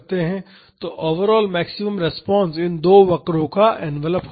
तो overall maximum response इन दो वक्रों का एनवेलप होगा